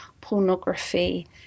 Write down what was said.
pornography